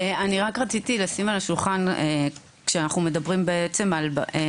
אני רק רציתי להגיד כשאנחנו מדברים על כל